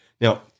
Now